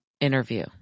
interview